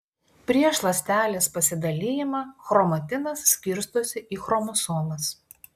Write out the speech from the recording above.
prieš ląstelės pasidalijimą chromatinas skirstosi į chromosomas